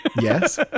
Yes